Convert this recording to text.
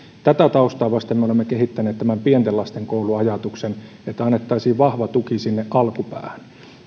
tätä taustaa vasten me olemme kehittäneet tämän pienten lasten koulu ajatuksen että annettaisiin vahva tuki sinne alkupäähän